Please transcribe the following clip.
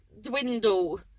dwindle